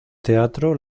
teatro